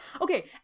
Okay